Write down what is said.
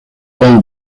own